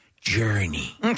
journey